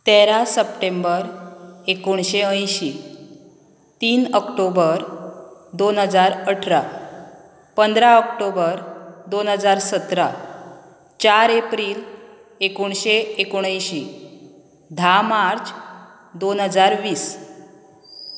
तेरा सप्टेंबर एकोणीशे अंयशी तीन ऑक्टोबर दोन हजार अठरा पंदरा ऑक्टोबर दोन हजार सतरा चार एप्रिल एकोणशे एकूण अंयशी धा मार्च दोन हजार वीस